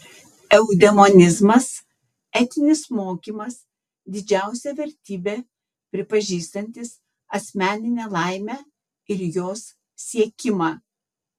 eudemonizmas etinis mokymas didžiausia vertybe pripažįstantis asmeninę laimę ir jos siekimą